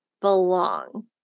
belong